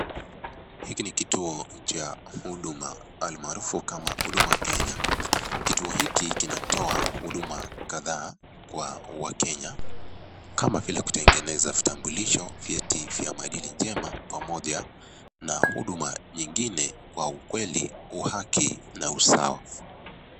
Hiki ni kituo cha huduma almaarufu kama Huduma Kenya. Kituo hiki kinatoa huduma kadhaa kwa wakenya kama vile kutengeneza vitambulisho, vyeti vya maadili njema, pamoja na huduma nyingine kwa ukweli, uhaki na usawa.